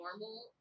normal